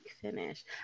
Finish